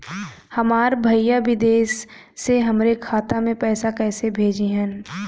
हमार भईया विदेश से हमारे खाता में पैसा कैसे भेजिह्न्न?